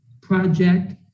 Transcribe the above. project